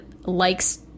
likes